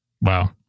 Wow